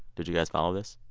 did you guys follow this?